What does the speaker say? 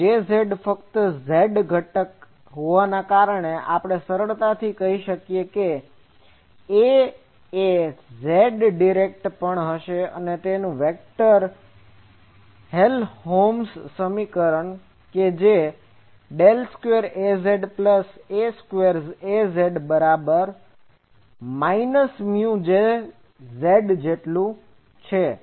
તો Jz માં ફક્ત z ઘટક હોવાના કારણે આપણે સરળતાથી કહી શકીએ કે A એ Z ડિરેક્ટેડ પણ હશે અને તેનું વેક્ટર હેલમહોલ્ટ્ઝ સમીકરણ હશે કે 2 AZK2AZ μJZ del square Az plus k square Az બરાબર માઈનસ મ્યુ Jz જેટલું છે